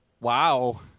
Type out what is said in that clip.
Wow